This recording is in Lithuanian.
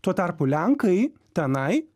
tuo tarpu lenkai tenai